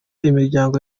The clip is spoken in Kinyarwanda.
imiryango